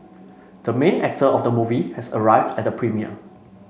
the main actor of the movie has arrived at premiere